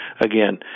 again